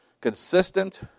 consistent